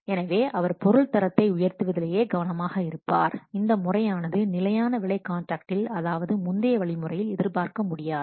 எனவே அவர் பொருள் தரத்தை உயர்த்துவதிலேயே கவனமாக இருப்பார் இந்த முறையானது நிலையான விலை காண்ட்ராக்டில் அதாவது முந்தைய வழிமுறையில் எதிர்பார்க்க முடியாது